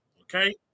Okay